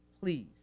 please